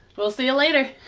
we'll see you later!